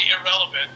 irrelevant